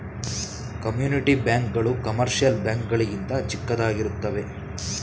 community bank ಗಳು commercial bank ಗಳಿಗಿಂತ ಚಿಕ್ಕದಾಗಿರುತ್ತವೆ